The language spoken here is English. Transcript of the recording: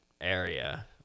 area